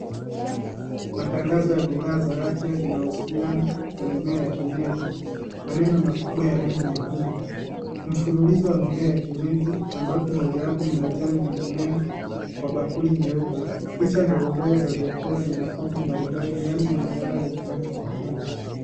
Matangazo ya bidhaa za afya zinahusuliana na mimea ya kienyeji ,maneno makubwa ya rangi nyekundu na mfululizo wa mimea wa kienyeji ambapo mojawapo ni majani na mimea Kwa bakuli meupe . Picha ndogo ndogo za vyakula na nafaka mbalimbali ndani ya duara ya rangi nyekundu.